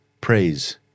praise